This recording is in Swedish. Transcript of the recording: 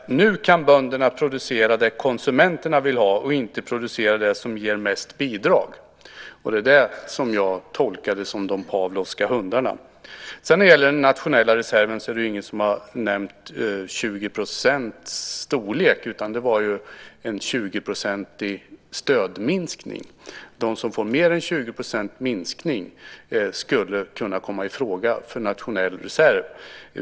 Herr talman! Vad jag reagerade på i jordbruksministerns anförande är det som hon nämnt i alla anföranden som jag hört henne hålla, nämligen att nu kan bönderna producera det som konsumenterna vill ha, inte producera det som ger mest bidrag. Det är i det avseendet som jag gör tolkningen om de Pavlovska hundarna. När det gäller den nationella reserven är det ingen som nämnt 20 % storlek, utan det gällde en 20-procentig stödminskning. De som får mer än 20 % minskning skulle kunna komma i fråga för den nationella reserven.